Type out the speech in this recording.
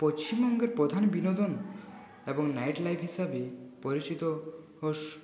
পশ্চিমবঙ্গের প্রধান বিনোদন এবং নাইট লাইফ হিসেবে পরিচিত